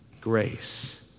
Grace